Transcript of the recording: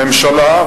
הממשלה,